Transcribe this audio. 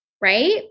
right